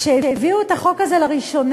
כשהביאו את החוק הזה לראשונה,